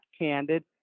candid